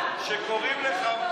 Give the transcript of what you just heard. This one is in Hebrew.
חברת הכנסת השכל,